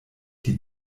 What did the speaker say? die